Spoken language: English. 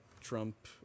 Trump